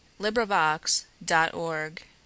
LibriVox.org